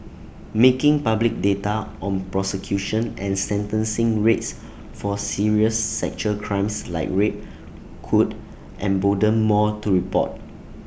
making public data on prosecution and sentencing rates for serious sexual crimes like rape could embolden more to report